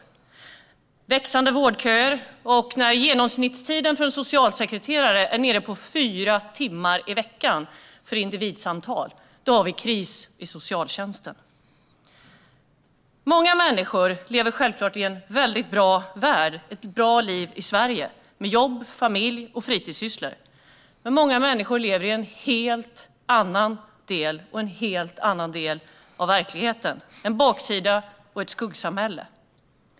Vi ser växande vårdköer, och när genomsnittstiden för en socialsekreterare är nere på fyra timmar i veckan för individsamtal har vi kris i socialtjänsten. Många människor lever i en bra värld och har ett bra liv i Sverige med jobb, familj och fritidssysslor. Men många människor lever i en helt annan del av verkligheten - på en baksida och i ett skuggsamhälle.